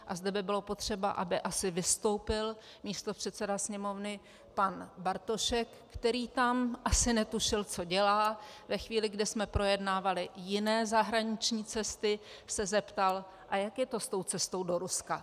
A zde by bylo asi potřeba, aby vystoupil místopředseda Sněmovny pan Bartošek, který tam asi netušil, co dělá, ve chvíli, kdy jsme projednávali jiné zahraniční cesty, se zeptal: A jak je to s tou cestou do Ruska?